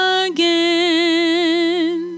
again